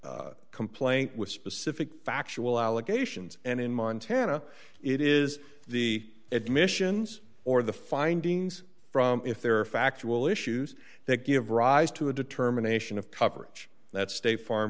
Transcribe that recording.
specific complaint with specific factual allegations and in montana it is the admissions or the findings from if there are factual issues that give rise to a determination of coverage that state farm